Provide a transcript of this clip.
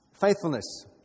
Faithfulness